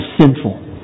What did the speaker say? Sinful